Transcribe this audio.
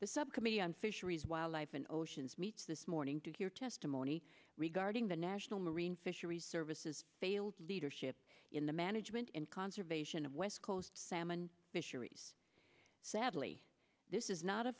on fisheries wildlife and oceans meets this morning to hear testimony regarding the national marine fisheries services failed leadership in the management and conservation of west coast salmon fisheries sadly this is not a